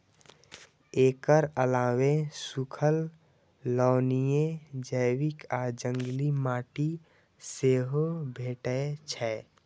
एकर अलावे सूखल, लवणीय, जैविक आ जंगली माटि सेहो भेटै छै